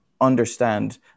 understand